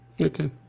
Okay